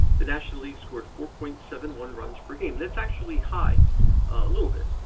the national league scored four point seven one runs per game. that's actually high little bit.